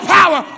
power